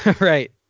Right